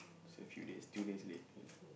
is a few days few days late yeah